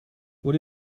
what